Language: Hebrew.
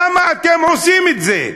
למה אתם עושים את זה?